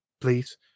please